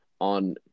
on